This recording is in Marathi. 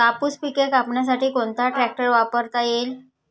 कापूस पिके कापण्यासाठी कोणता ट्रॅक्टर वापरता येईल?